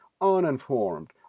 uninformed